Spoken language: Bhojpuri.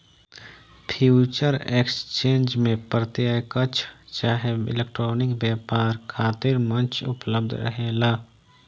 फ्यूचर एक्सचेंज में प्रत्यकछ चाहे इलेक्ट्रॉनिक व्यापार खातिर मंच उपलब्ध रहेला